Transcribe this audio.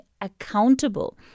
accountable